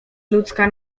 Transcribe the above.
ludzka